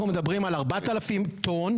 אנחנו מדברים על 4,000 טון,